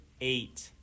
eight